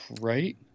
Right